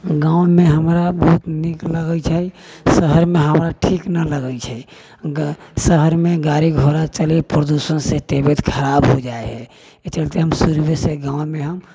गाँवमे हमरा बहुत नीक लगै छै शहरमे हमरा ठीक नहि लगै छै शहरमे गाड़ी घोड़ा चलै प्रदुषणसँ तबियत खराब हो जाइ हय एहि चलते शुरूयेसँ गाँवमे हम